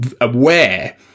aware